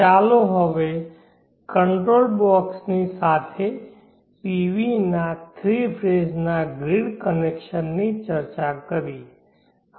ચાલો હવે control blocks ની સાથે PV ના થ્રી ફેજ ના ગ્રીડ કનેક્શન ની ચર્ચા કરીએ